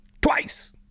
twice